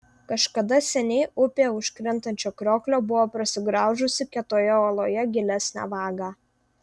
kažkada seniai upė už krintančio krioklio buvo prasigraužusi kietoje uoloje gilesnę vagą